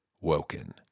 Woken